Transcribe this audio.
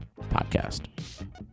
podcast